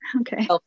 Okay